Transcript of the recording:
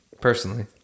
personally